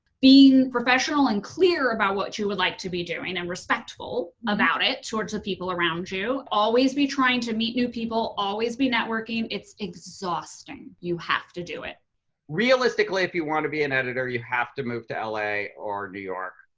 being professional and clear about what you would like to be doing and respectful about it towards the people around you. always be trying to meet new people, always be networking, it's exhausting, you have to do it. tt realistically if you want to be an editor you have to move to la or new york,